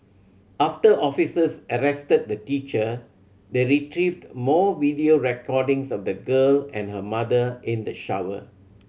after officers arrested the teacher they retrieved more video recordings of the girl and her mother in the shower